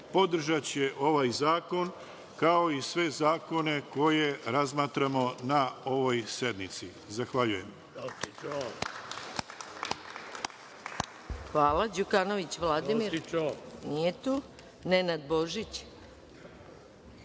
podržaće ovaj zakon kao i sve zakone koje razmatramo na ovoj sednici. Hvala.